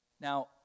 Now